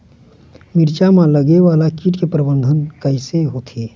मिरचा मा लगे वाला कीट के प्रबंधन कइसे होथे?